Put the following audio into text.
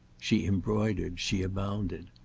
she embroidered, she abounded.